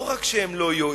לא רק שהן לא יועילו,